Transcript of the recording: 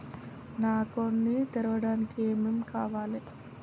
నా అకౌంట్ ని తెరవడానికి ఏం ఏం కావాలే?